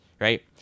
right